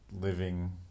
living